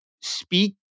speak